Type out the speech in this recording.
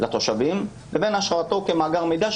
לתושבים לבין השארתו כמאגר מידע,